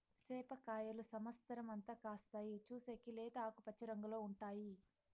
సేప కాయలు సమత్సరం అంతా కాస్తాయి, చూసేకి లేత ఆకుపచ్చ రంగులో ఉంటాయి